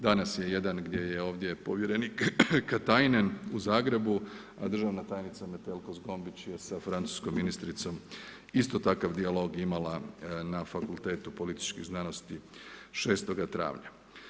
Danas je jedan gdje je ovdje povjerenik Katainen u Zagrebu a državna tajnica Metelko Zgombić je sa francuskom ministricom isto takav dijalog imala na Fakultetu političkih znanosti 6. travnja.